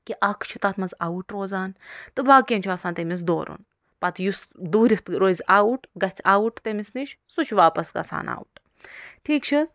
کہِ اکھ چھُ تَتھ منٛز آوُٹ روزان تہٕ باقین چھُ آسان تٔمِس دورُن پتہٕ یُس دوٗرِتھ روزِ آوُٹ گژھِ آوُٹ تٔمِس نِش سُہ چھُ واپس گژھان آوُٹ ٹھیٖک چھِ حظ